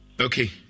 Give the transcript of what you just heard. Okay